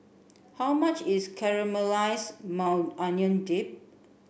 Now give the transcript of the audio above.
how much is Caramelized Maui Onion Dip